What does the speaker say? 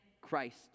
Christ